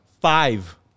five